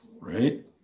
right